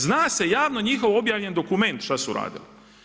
Zna se javno njihov objavljen dokument šta su radili.